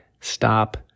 stop